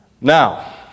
Now